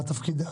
מה תפקידה?